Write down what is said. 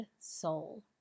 soul